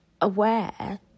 aware